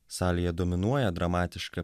salėje dominuoja dramatiška